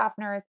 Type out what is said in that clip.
softeners